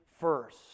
first